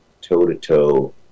toe-to-toe